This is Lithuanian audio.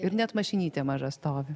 ir net mašinytė maža stovi